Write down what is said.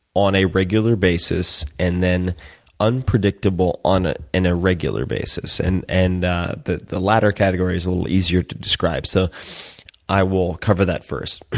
on a regular basis, and then unpredictable, on an irregular basis. and and ah the the latter category is a little easier to describe. so i will cover that first.